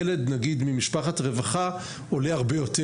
ילד ממשפחת רווחה עולה הרבה יותר.